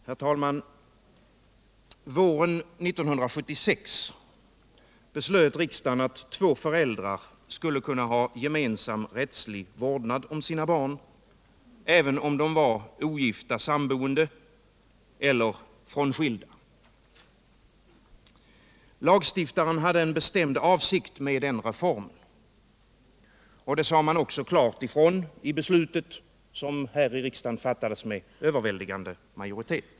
Herr talman! Våren 1976 beslöt riksdagen att två föräldrar skulle kunna ha gemensam rättslig vårdnad om sina barn, även om de var ogifta samboende eller frånskilda. Lagstiftaren hade en bestämd avsikt med den reformen. Det sade man också klart ifrån i beslutet, som här i riksdagen fattades med överväldigande majoritet.